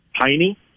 tiny